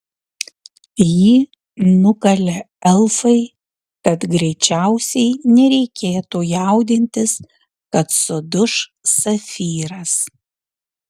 jį nukalė elfai tad greičiausiai nereikėtų jaudintis kad suduš safyras